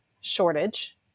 shortage